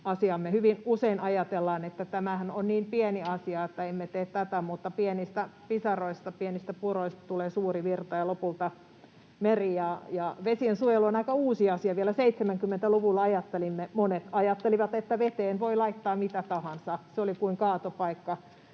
usein ajatellaan, että tämähän on niin pieni asia, että emme tee tätä, mutta pienistä pisaroista, pienistä puroista tulee suuri virta ja lopulta meri. Vesien suojelu on aika uusi asia. Vielä 70-luvulla monet ajattelivat, että veteen voi laittaa mitä tahansa. Se oli kuin kaatopaikka.